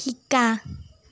শিকা